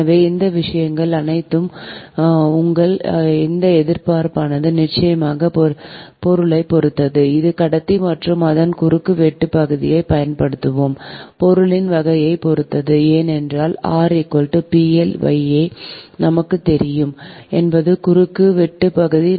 எனவே இந்த விஷயங்கள் அனைத்தும் உங்கள் இந்த எதிர்ப்பானது நிச்சயமாக உங்கள் பொருளைப் பொறுத்தது இது கடத்தி மற்றும் அதன் குறுக்கு வெட்டு பகுதிக்கு பயன்படுத்தப்படும் பொருளின் வகையைப் பொறுத்தது ஏனென்றால் நமக்குத் தெரியும் a என்பது கண்டக்டரின் குறுக்கு வெட்டு பகுதி